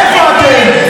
איפה אתם?